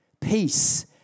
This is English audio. Peace